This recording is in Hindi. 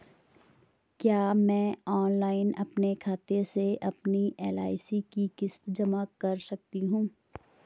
क्या मैं ऑनलाइन अपने खाते से अपनी एल.आई.सी की किश्त जमा कर सकती हूँ?